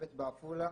וצוות בעפולה.